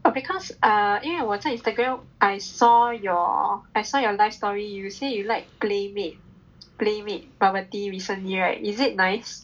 but because err 因为我在 Instagram I saw your I saw your live story you say you like Playmade Playmade bubble tea recently right is it nice